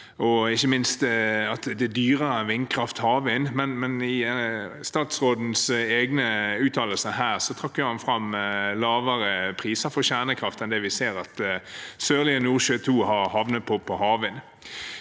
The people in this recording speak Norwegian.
at det er dyrere enn vindkraft, havvind. Men i statsrådens egne uttalelser her trakk han fram lavere priser for kjernekraft enn det vi ser at Sørlige Nordsjø II har havnet på for havvind.